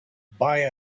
buy